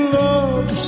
love